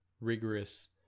rigorous